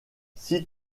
six